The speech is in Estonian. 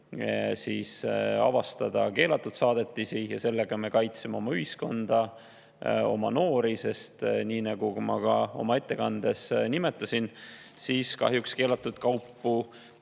avastada keelatud saadetisi. Sellega me kaitseme oma ühiskonda, oma noori. Nagu ma ka oma ettekandes nimetasin, kahjuks keelatud kaupu